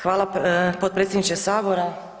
Hvala potpredsjedniče Sabora.